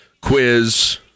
quiz